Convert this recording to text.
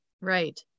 Right